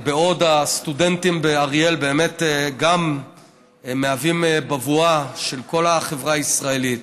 הסטודנטים באריאל באמת גם הם בבואה של כל החברה הישראלית: